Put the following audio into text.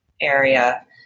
area